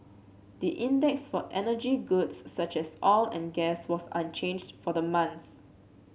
the index for energy goods such as oil and gas was unchanged for the month